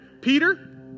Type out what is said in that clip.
Peter